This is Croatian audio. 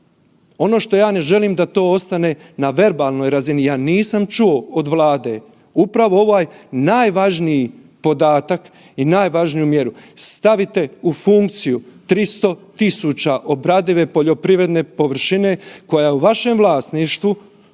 ono što ja ne želim da to ostane na verbalnoj razini. Ja nisam čuo od Vlade upravo ovaj najvažniji podatak i najvažniju mjeru, stavite u funkciju 300.000 obradive poljoprivredne površine koja je u vašem vlasništvu,